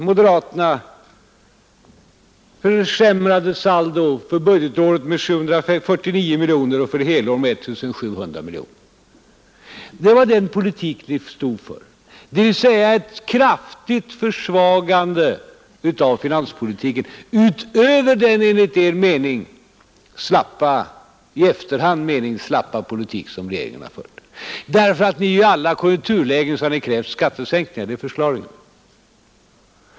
Moderaterna ville försämra saldot för budgetåret med 749 miljoner och för helar med 1 700 miljoner kronor. Det var den politik ni stod för, dvs. ett kraftigt försvagande av finanspolitiken utöver den — enligt er mening i efterhand — slappa politik som regeringen har fört. I alla konjunkturlägen har ni krävt skattesänk ningar; det är förklaringen.